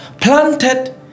planted